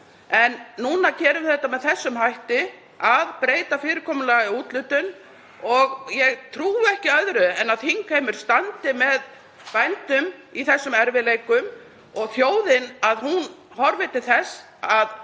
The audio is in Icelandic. En núna gerum við þetta með þessum hætti, að breyta fyrirkomulagi úthlutunar, og ég trúi ekki öðru en að þingheimur standi með bændum í erfiðleikum þeirra og að þjóðin horfi til þess að